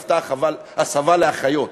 עשתה הסבה לאחות.